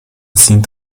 sind